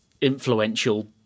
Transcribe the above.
influential